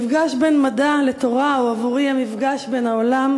המפגש בין מדע לתורה הוא עבורי המפגש בין העולם